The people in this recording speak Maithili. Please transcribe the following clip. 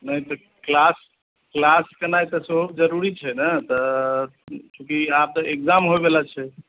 नहि तऽ क्लास केनाई तऽ सेहो जरुरी छै ने तऽ चूँकि आब तऽ एक्जाम होइवला छै